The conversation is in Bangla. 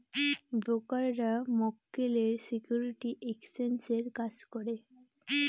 ব্রোকাররা মক্কেলের সিকিউরিটি এক্সচেঞ্জের কাজ করে